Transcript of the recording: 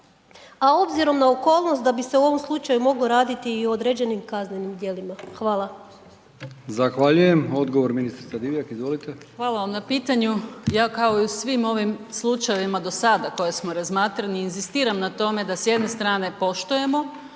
a obzirom na okolnost da bi se u ovom slučaju moglo raditi i o određenim kaznenim djelima? Hvala. **Brkić, Milijan (HDZ)** Zahvaljujem. Odgovor, ministrica Divjak, izvolite. **Divjak, Blaženka** Hvala vam na pitanju. Ja kao i svim ovim slučajevima do sada koje smo razmatrali, inzistiram na tome da se s jedne strane poštujemo